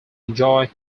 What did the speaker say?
enjoy